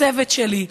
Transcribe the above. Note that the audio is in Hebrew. הצוות שלי,